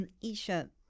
Isha